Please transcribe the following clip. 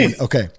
Okay